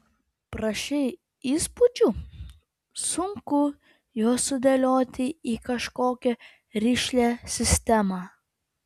prašei įspūdžių sunku juos sudėlioti į kažkokią rišlią sistemą